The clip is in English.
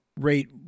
rate